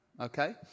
Okay